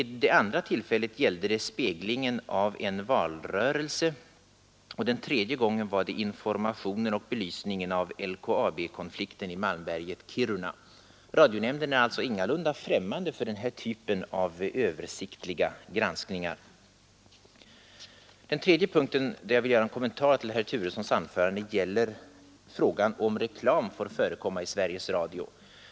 Vid det andra tillfället gällde granskningen speglingen av en valrörelse, och den tredje gången var det informationen om och belysningen av LKAB-konflikten i Malmberget—Kiruna. — Radionämnden är alltså ingalunda främmande för den här typen av översiktliga granskningar. Den tredje punkten där jag vill göra en kommentar till herr Turessons anförande gäller frågan, om reklam får förekomma i Sveriges Radio.